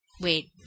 Wait